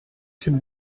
can